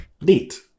Neat